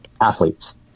athletes